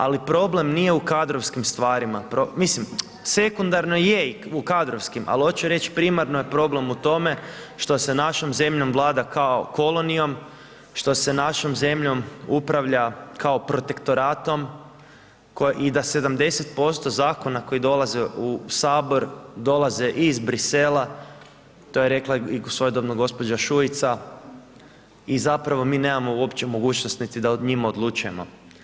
Ali problem nije u kadrovskim stvarima, mislim sekundarno je i u kadrovskim, ali hoću reći primarno je problem u tome što se našom zemljom vlada kao kolonijom, što se našom zemljom upravlja kao protektoratom koja i da 70% zakona koji dolaze u sabor dolaze iz Bruxellesa to je rekla i svojedobno gospođa Šuica i zapravo mi nemamo uopće mogućnost niti da o njima odlučujemo.